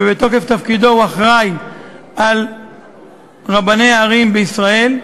ובתוקף תפקידו הוא אחראי לרבני הערים בישראל,